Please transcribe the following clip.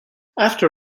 after